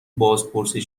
بازپرسی